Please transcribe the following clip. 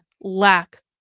lack